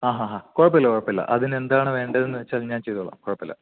ആ ഹ ഹ കുഴപ്പമില്ല കുഴപ്പമില്ല അതിന് എന്താണ് വേണ്ടതെന്ന് വെച്ചാൽ ഞാൻ ചെയ്തോളാം കുഴപ്പമില്ല